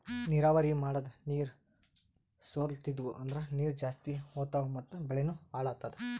ನೀರಾವರಿ ಮಾಡದ್ ನೀರ್ ಸೊರ್ಲತಿದ್ವು ಅಂದ್ರ ನೀರ್ ಜಾಸ್ತಿ ಹೋತಾವ್ ಮತ್ ಬೆಳಿನೂ ಹಾಳಾತದ